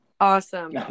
Awesome